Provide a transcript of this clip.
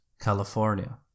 California